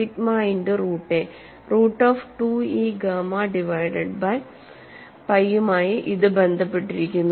sigma into root a root of 2 e gamma divided by പൈയുമായി ഇത് ബന്ധപ്പെട്ടിരിക്കുന്നു